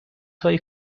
های